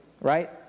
right